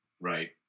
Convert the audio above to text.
right